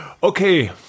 Okay